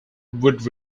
would